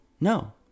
No